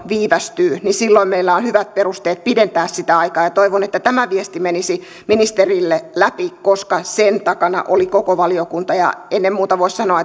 viivästyy niin silloin meillä on hyvät perusteet pidentää sitä aikaa toivon että tämä viesti menisi ministerille läpi koska sen takana oli koko valiokunta ja koska ennen muuta voisi sanoa